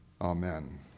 Amen